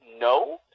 no